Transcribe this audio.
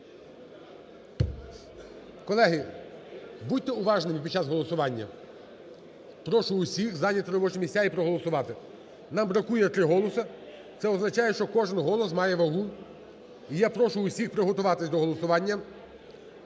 Колеги, будьте уважними під час голосування. Прошу всіх зайняти робочі місця і проголосувати. Нам бракує три голоси. Це означає, що кожен голос має вагу. І я п рошу всіх приготуватись до голосування.